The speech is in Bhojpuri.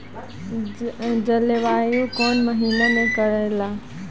जलवायु कौन महीना में करेला?